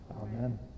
Amen